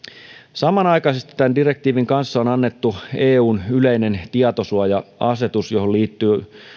samanaikaisesti tämän direktiivin kanssa on annettu eun yleinen tietosuoja asetus johon liittyy